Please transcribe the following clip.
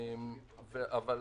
אבל